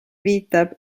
viitab